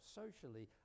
socially